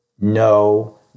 No